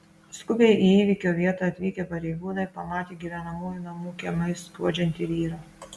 skubiai į įvykio vietą atvykę pareigūnai pamatė gyvenamųjų namų kiemais skuodžiantį vyrą